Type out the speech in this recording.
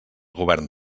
govern